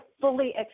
fully